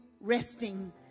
resting